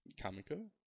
Kamiko